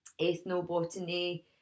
ethnobotany